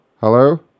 Hello